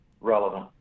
relevant